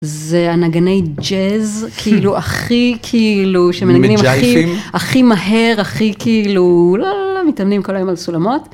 זה הנגני ג'אז כאילו הכי כאילו שמנגנים הכי הכי מהר הכי כאילו מתאמנים כל היום על סולמות.